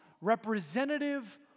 representative